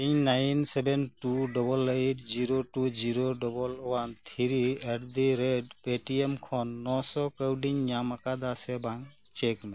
ᱤᱧ nine seven two double eight zero two zero double one three ᱮᱰᱫᱤᱨᱮᱴ Paytm ᱠᱷᱚᱱ ᱱᱚ ᱥᱚ ᱠᱟᱹᱣᱰᱤᱧ ᱧᱟᱢ ᱟᱠᱟᱫᱟ ᱥᱮ ᱵᱟᱝ ᱪᱮᱠ ᱢᱮ